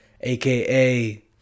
aka